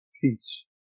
peace